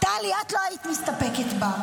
טלי, את לא היית מסתפקת בה.